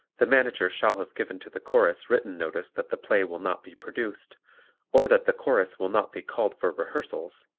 the manager shall have given to the chorus written notice that the play will not be produced or that the chorus will not be called for rehearsals,